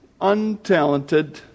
untalented